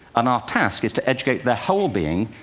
and our task is to educate their whole being,